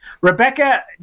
rebecca